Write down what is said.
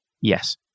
Yes